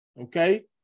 Okay